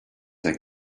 like